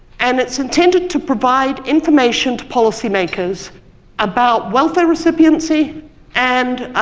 and it's intended to provide information to policy makers about welfare recipiency and